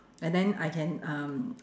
and then I can um